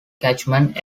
catchment